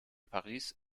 paris